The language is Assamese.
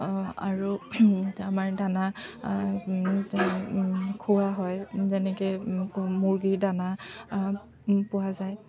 আৰু আমাৰ দানা খোওৱা হয় যেনেকৈ মুৰ্গীৰ দানা পোৱা যায়